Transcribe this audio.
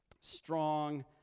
strong